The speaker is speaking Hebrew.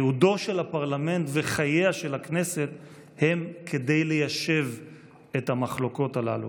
ייעודם של הפרלמנט והכנסת הם ליישב את המחלוקות הללו,